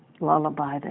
lullaby